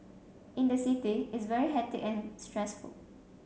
in the city it's very hectic and stressful